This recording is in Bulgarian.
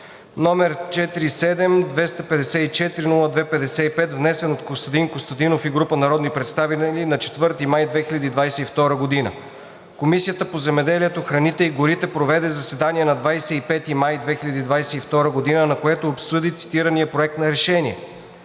№ 47-254-02-55, внесен от Костадин Костадинов и група народни представители на 4 май 2022 г. Комисията по земеделието, храните и горите проведе заседание на 25 май 2022 г., на което обсъди цитирания Проект на решение.